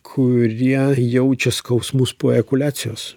kurie jaučia skausmus po ekuliacijos